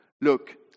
Look